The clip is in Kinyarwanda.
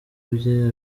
bye